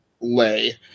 Lay